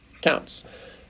counts